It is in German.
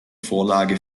vorlage